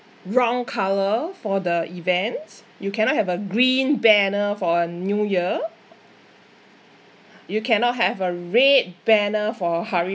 wrong colour for the events you cannot have a green banner for a new year you cannot have a red banner for hari